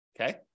Okay